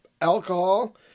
alcohol